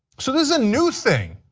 so this is a new thing.